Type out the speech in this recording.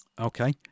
Okay